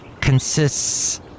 Consists